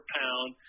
pound